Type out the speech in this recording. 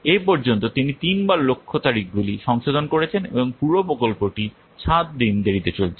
এ পর্যন্ত তিনি তিন বার লক্ষ্য তারিখগুলি সংশোধন করেছেন এবং পুরো প্রকল্পটি সাত দিন দেরিতে চলছে